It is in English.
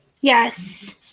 Yes